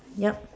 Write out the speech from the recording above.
yup